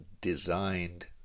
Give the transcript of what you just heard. designed